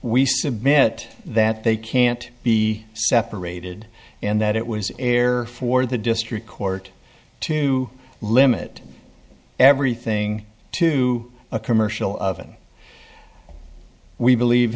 submit that they can't be separated and that it was a error for the district court to limit everything to a commercial oven we believe